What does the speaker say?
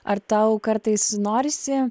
ar tau kartais norisi